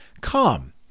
Come